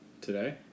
today